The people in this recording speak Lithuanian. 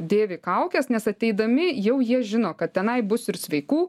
dėvi kaukes nes ateidami jau jie žino kad tenai bus ir sveikų